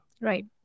Right